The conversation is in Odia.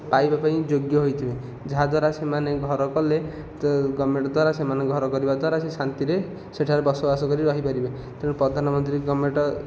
ପାଇବାପାଇଁ ଯୋଗ୍ୟ ହୋଇଥିବେ ଯାହାଦ୍ଵାରା ସେମାନେ ଘର କଲେ ଗଭର୍ଣ୍ଣମେଣ୍ଟ୍ ଦ୍ୱାରା ସେମାନେ ଘର କରିବା ଦ୍ୱାରା ସେ ଶାନ୍ତିରେ ସେଠାରେ ବସବାସ କରି ରହିପାରିବେ ତେଣୁ ପ୍ରଧାନମନ୍ତ୍ରୀ ଗଭର୍ଣ୍ଣମେଣ୍ଟ୍